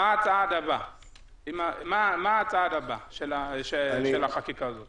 מה הצעד הבא של החקיקה הזאת.